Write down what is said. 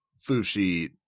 Fushi